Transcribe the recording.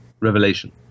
revelation